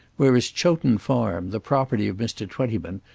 whereas chowton farm, the property of mr. twentyman,